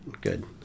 good